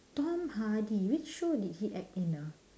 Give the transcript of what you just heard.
tom hardy which show did he act in ah